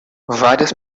várias